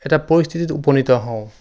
এটা পৰিস্থিতিত উপনীত হওঁ